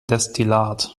destillat